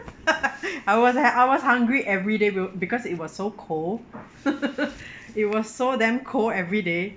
I was I was hungry every day b~ because it was so cold it was so damn cold every day